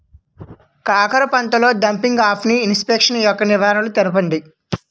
కాకర పంటలో డంపింగ్ఆఫ్ని ఇన్ఫెక్షన్ యెక్క నివారణలు తెలపండి?